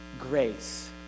grace